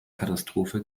katastrophe